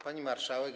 Pani Marszałek!